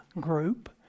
group